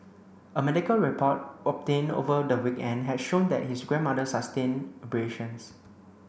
a medical report obtained over the weekend had showed that his grandmother sustained abrasions